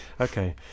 Okay